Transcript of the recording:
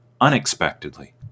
unexpectedly